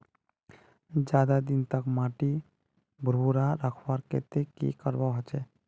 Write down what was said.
ज्यादा दिन तक माटी भुर्भुरा रखवार केते की करवा होचए?